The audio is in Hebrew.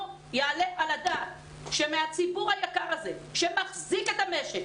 לא יעלה על הדעת שמהציבור היקר הזה שמחזיק את המשק,